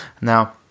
Now